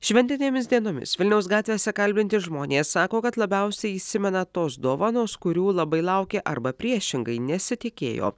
šventinėmis dienomis vilniaus gatvėse kalbinti žmonės sako kad labiausiai įsimena tos dovanos kurių labai laukė arba priešingai nesitikėjo